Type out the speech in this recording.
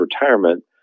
retirement